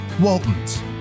Waltons